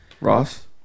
Ross